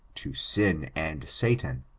to sin and satan,